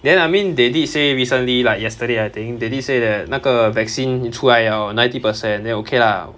then I mean they did say recently like yesterday I think they did say that 那个 vaccine 出来 liao ninety percent then okay lah